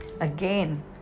Again